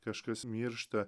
kažkas miršta